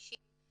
658